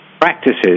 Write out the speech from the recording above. practices